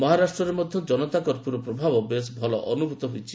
ମହରାଷ୍ଟ୍ରରେ ମଧ୍ୟ ଜନତା କର୍ଫ୍ୟୁର ପ୍ରଭାବ ବେଶ୍ ଭଲ ଅନୁଭୂତ ହୋଇଛି